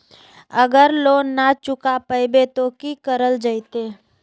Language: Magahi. अगर लोन न चुका पैबे तो की करल जयते?